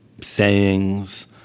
sayings